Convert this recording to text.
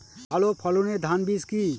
ভালো ফলনের ধান বীজ কি?